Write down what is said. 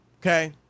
okay